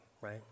right